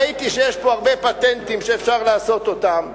ראיתי שיש פה הרבה פטנטים שאפשר לעשות אותם.